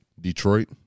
Detroit